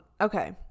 okay